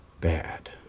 bad